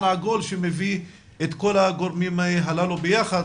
עגול שמביא את כל הגורמים הללו לשבת יחד,